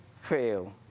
fail